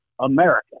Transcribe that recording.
America